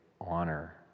honor